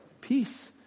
peace